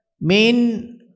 main